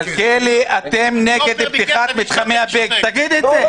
מלכיאלי, אתם נגד פתיחת מתחמי הביג, תגיד את זה.